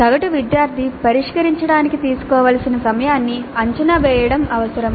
సగటు విద్యార్థి పరిష్కరించడానికి తీసుకోవలసిన సమయాన్ని అంచనా వేయడం అవసరం